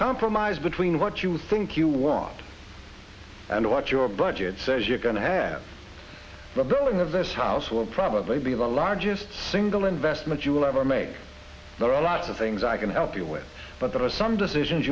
compromise between what you think you want and what your budget says you're going to have the building of this house will probably be the largest single investment you will ever make there are lots of things i can help you with but there are some decisions